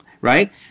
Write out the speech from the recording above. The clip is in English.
right